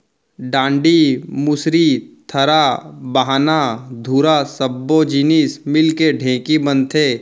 डांड़ी, मुसरी, थरा, बाहना, धुरा सब्बो जिनिस मिलके ढेंकी बनथे